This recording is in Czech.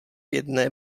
jedné